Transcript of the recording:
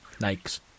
Nike's